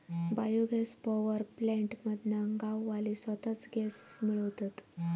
bio gas power plant मधना गाववाले स्वताच गॅस मिळवतत